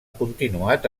continuat